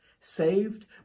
saved